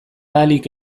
ahalik